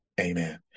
amen